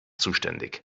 zuständig